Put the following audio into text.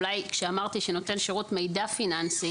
אולי כשאמרתי שנותן שירות מידע פיננסי